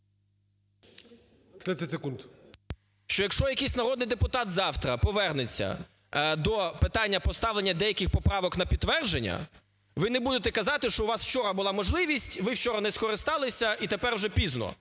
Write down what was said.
ЛЕВЧЕНКО Ю.В. Що якщо якийсь народний депутат завтра повернеться до питання поставлення деяких поправок на підтвердження - ви не будете казати, що у вас вчора була можливість, ви вчора не скористалися і тепер вже пізно.